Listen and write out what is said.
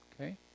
Okay